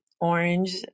orange